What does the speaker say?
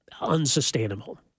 unsustainable